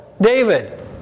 David